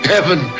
Heaven